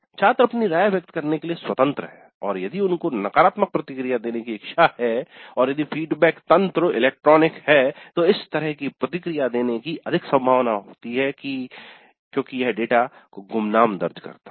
छात्र अपनी राय व्यक्त करने के लिए स्वतंत्र हैं और यदि उनको नकारात्मक प्रतिक्रिया देने की इच्छा है और यदि feedback तंत्र इलेक्ट्रॉनिक है तो इस तरह की प्रतिक्रिया देने की अधिक संभावना रहती हैं क्योंकि यह डेटा को गुमनाम दर्ज करता है